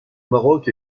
maroc